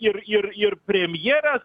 ir ir ir premjeras